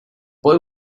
boy